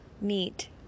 meet